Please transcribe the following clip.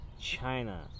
China